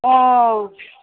অঁ